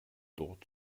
dort